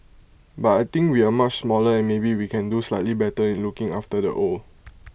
but I think we are much smaller and maybe we can do slightly better in looking after the old